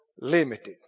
limited